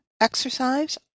exercise